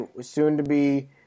soon-to-be